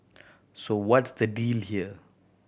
so what's the deal here